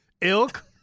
ilk